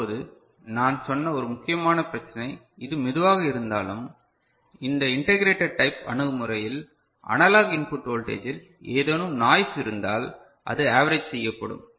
இப்போது நான் சொன்ன ஒரு முக்கியமான பிரச்சினை இது மெதுவாக இருந்தாலும் இந்த இன்டெக்கரேட்டர் டைப் அணுகுமுறையில் அனலாக் இன்புட் வோல்டேஜ் இல் ஏதேனும் நாய்ஸ் இருந்தால் அது அவெரேஜ் செய்யப்படும்